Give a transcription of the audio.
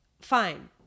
fine